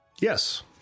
Yes